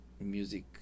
music